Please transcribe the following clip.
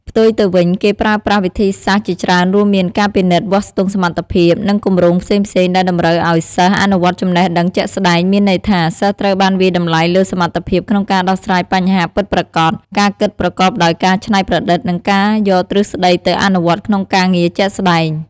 ផ្ទុយទៅវិញ គេប្រើប្រាស់វិធីសាស្ត្រជាច្រើនរួមមាន ការពិនិត្យវាស់ស្ទង់សមត្ថភាព និងគម្រោងផ្សេងៗ ដែលតម្រូវឱ្យសិស្ស អនុវត្តចំណេះដឹងជាក់ស្តែង មានន័យថា សិស្សត្រូវបានវាយតម្លៃលើ សមត្ថភាព ក្នុងការដោះស្រាយបញ្ហាពិតប្រាកដ ការគិតប្រកបដោយការច្នៃប្រឌិត និងការយកទ្រឹស្តីទៅអនុវត្តក្នុងការងារជាក់ស្តែង។